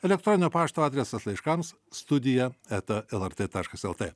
elektroninio pašto adresas laiškams studija eta lrt taškas lt